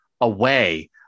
away